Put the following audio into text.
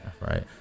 right